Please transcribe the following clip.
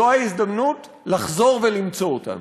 זו ההזדמנות לחזור ולמצוא אותם.